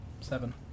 Seven